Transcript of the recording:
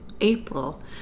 April